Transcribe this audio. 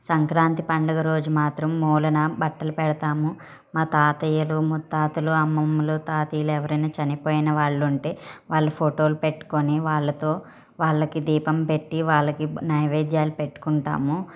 సంక్రాంతి పండుగా రోజు మాత్రం మూలాన బట్టలు పెడతాము మా తాతయ్యలు ముత్తాతలు అమ్మమ్మలు తాతయ్యలు ఎవరైనా చనిపోయిన వాళ్ళు ఉంటే వాళ్ళు ఫోటోలు పెట్టుకుని వాళ్ళతో వాళ్ళకి దీపం పెట్టి వాళ్లకి నైవేద్యాలు పెట్టుకుంటాము